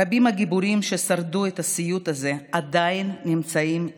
רבים מהגיבורים ששרדו בסיוט הזה עדיין נמצאים איתנו.